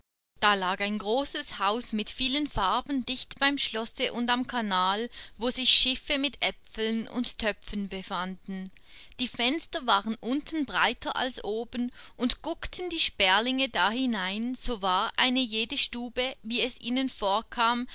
da lag ein großes haus mit vielen farben dicht beim schlosse und am kanal wo sich schiffe mit äpfeln und töpfen befanden die fenster waren unten breiter als oben und guckten die sperlinge da hinein so war eine jede stube wie es ihnen vorkam